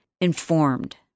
informed